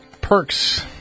perks